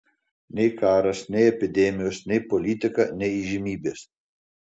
nei karas nei epidemijos nei politika nei įžymybės